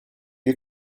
you